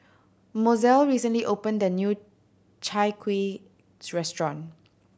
Mozell recently opened a new Chai Kueh restaurant